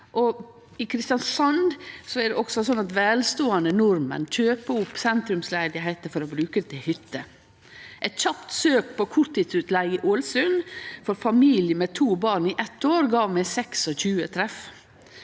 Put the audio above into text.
I Kristiansand er det også slik at velståande nordmenn kjøper opp sentrumsleilegheiter for å bruke dei til hytte. Eit kjapt søk på korttidsutleige i Ålesund for ein familie med to barn i eitt år gav meg 26 treff.